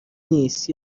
نیست